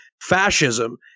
fascism